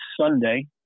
Sunday